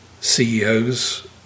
CEOs